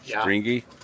stringy